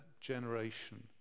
generation